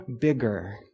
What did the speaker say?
bigger